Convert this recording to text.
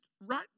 right